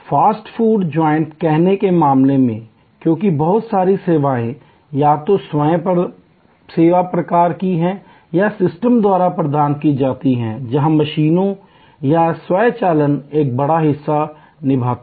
fast food joint कहने के मामले में क्योंकि बहुत सारी सेवाएं या तो स्वयं सेवा प्रकार की हैं या सिस्टम द्वारा प्रदान की जाती हैं जहां मशीनें या स्वचालन एक बड़ा हिस्सा निभाते हैं